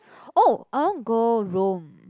oh I want go Rome